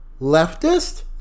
leftist